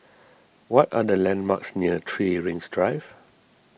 what are the landmarks near three Rings Drive